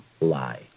lie